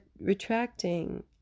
retracting